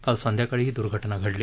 काल संध्याकाळी ही दुर्घटना झाली